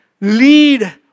lead